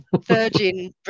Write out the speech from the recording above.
Virgin